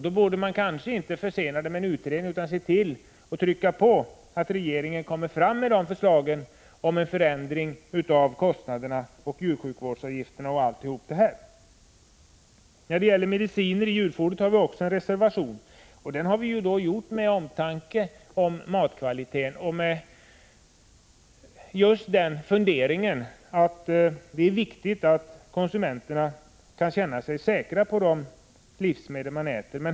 Då borde man kanske inte försena det med en utredning utan trycka på att regeringen kommer fram med förslag om en förändring av kostnaderna, av djursjukvårdsavgifterna m.m. När det gäller mediciner i djurfoder har vi också en reservation. Den har vi avgivit av omtanke om matkvaliteten och med just den funderingen att det är viktigt att konsumenterna kan känna sig säkra när det gäller de livsmedel de äter.